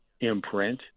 imprint